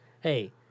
Hey